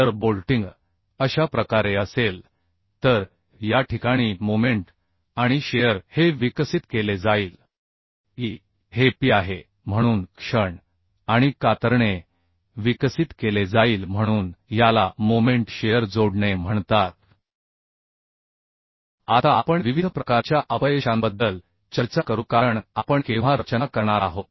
तर बोल्टिंग अशा प्रकारे असेल तर या ठिकाणी मोमेंट आणि शिअर हे विकसित केले जाईल ई हे पी आहे म्हणून क्षण आणि कातरणे विकसित केले जाईल म्हणून याला क्षण कातरणे जोडणे म्हणतात आता आपण विविध प्रकारच्या अपयशांबद्दल चर्चा करू कारण आपण केव्हा रचना करणार आहोत